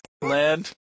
land